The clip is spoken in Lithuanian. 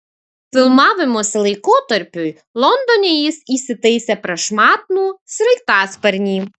filmavimosi laikotarpiui londone jis įsitaisė prašmatnų sraigtasparnį